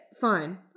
fine